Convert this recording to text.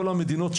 כל המדינות,